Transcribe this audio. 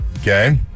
Okay